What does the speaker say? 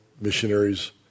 missionaries